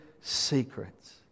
secrets